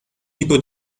tipo